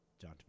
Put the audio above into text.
John